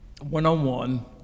one-on-one